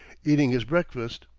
eating his breakfast.